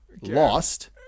lost